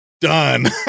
done